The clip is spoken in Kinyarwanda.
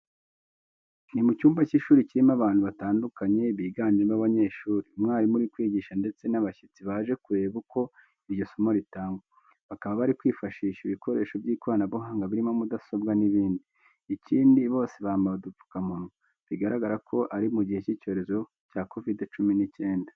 Ni mu cyumba cy'ishuri kirimo abantu batandukanye biganjemo abanyeshuri, umwarimu uri kwigisha ndetse n'abashyitsi baje kureba uko iryo somo ritangwa. Bakaba bari kwifashisha ibikoresho by'ikoranabuhanga birimo mudasobwa n'ibindi. Ikindi, bose bambaye udupfukamunwa, bigaragara ko ari mu gihe cy'icyorezo cya kovide cumi n'icyenda.